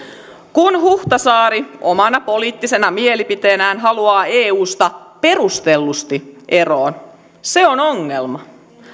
kun huhtasaari omana poliittisena mielipiteenään haluaa eusta perustellusti eroon se on ongelma